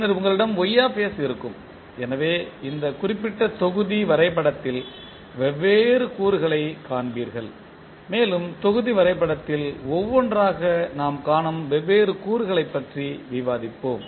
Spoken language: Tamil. பின்னர் உங்களிடம் இருக்கும் எனவே இந்த குறிப்பிட்ட தொகுதி வரைபடத்தில் வெவ்வேறு கூறுகளைக் காண்பீர்கள் மேலும் தொகுதி வரைபடத்தில் ஒவ்வொன்றாக நாம் காணும் வெவ்வேறு கூறுகளைப் பற்றி விவாதிப்போம்